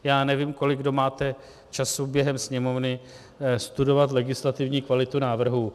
Já nevím, kolik kdo máte času během sněmovny studovat legislativní kvalitu návrhů.